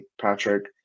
Patrick